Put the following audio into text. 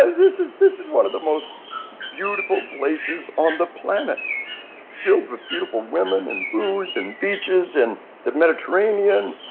ah this is this is one of the most beautiful places on the planet filled with beautiful women and booze and beaches and the mediterranean.